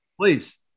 Please